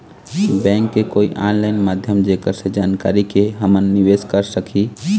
Bank के कोई online माध्यम जेकर से जानकारी के के हमन निवेस कर सकही?